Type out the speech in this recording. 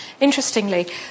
Interestingly